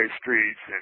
streets